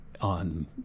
on